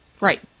Right